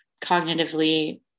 cognitively